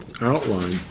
outline